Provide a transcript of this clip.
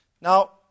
Now